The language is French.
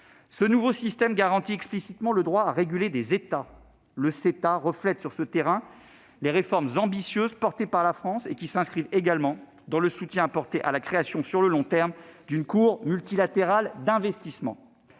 Ce nouveau système garantit explicitement le droit à réguler des États. Le CETA reflète sur ce terrain les réformes ambitieuses portées par la France, qui s'inscrivent également dans le soutien apporté à la création sur le long terme d'une cour multilatéral d'investissements.